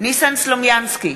ניסן סלומינסקי,